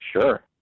Sure